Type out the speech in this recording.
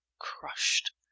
crushed